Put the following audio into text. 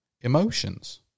emotions